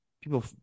people